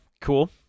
cool